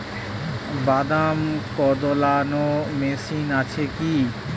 বাদাম কদলানো মেশিন আছেকি?